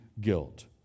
guilt